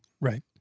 Right